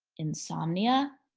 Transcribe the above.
insomnia,